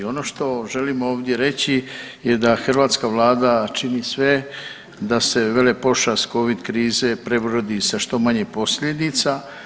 Ono što želim ovdje reći je da hrvatska Vlada čini sve da se velepošast Covid krize prebrodi sa što manje posljedica.